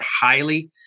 highly